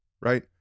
right